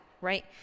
right